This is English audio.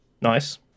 Nice